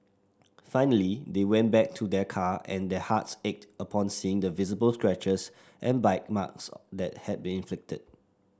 finally they went back to their car and their hearts ached upon seeing the visible scratches and bite marks that had been inflicted